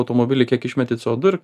automobilį kiek išmeti c o du ir